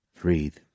Breathe